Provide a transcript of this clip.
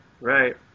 right